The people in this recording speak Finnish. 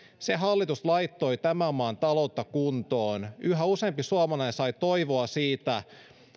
se hallitus laittoi tämän maan taloutta kuntoon yhä useampi suomalainen sai toivoa siitä